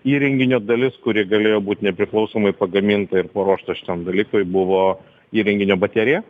įrenginio dalis kuri galėjo būt nepriklausomai pagaminta ir paruošta šitam dalykui buvo įrenginio baterija